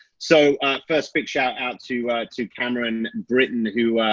so a first big shout out to to cameron britton who